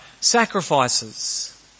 sacrifices